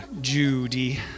Judy